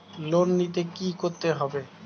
Loan নিতে কী করতে হবে?